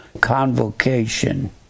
convocation